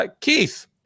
Keith